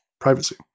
Privacy